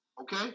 Okay